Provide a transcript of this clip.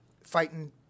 fighting